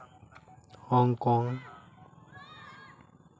Hong Kong